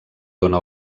dóna